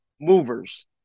movers